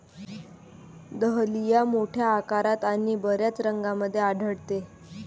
dahlia मोठ्या आकारात आणि बर्याच रंगांमध्ये आढळते